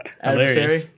adversary